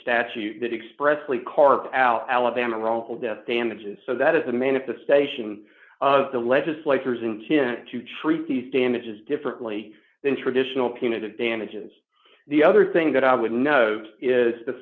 statute that expressly carved out alabama wrongful death damages so that is a manifestation of the legislators intent to treat these damages differently than traditional punitive damages the other thing that i would note is the